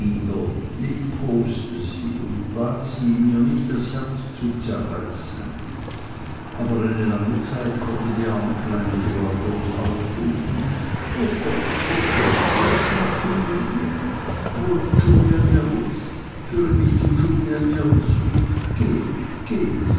und bat sie mir nicht das herz zu zerreißen aber eine lange zeit konnte die arme kleine dora bloß ausrufen o gott o gott wie erschrocken bin ich wo ist julia mills führe mich zu julia mills und geh geh